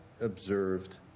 observed